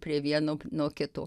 prie vieno nuo kito